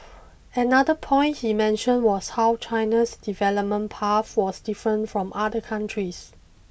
another point he mentioned was how China's development path was different from other countries